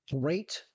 Great